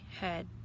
head